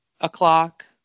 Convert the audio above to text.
o'clock